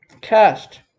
cast